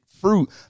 fruit